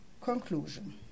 conclusion